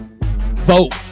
Vote